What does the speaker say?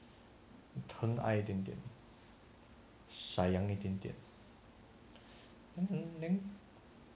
疼爱一点点 sayang 一点点